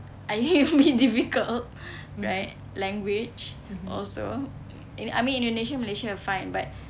I mean it'd be difficult right language also I mean indonesia and malaysia are fine but